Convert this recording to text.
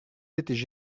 étaient